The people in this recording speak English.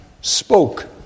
spoke